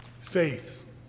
Faith